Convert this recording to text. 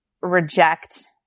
reject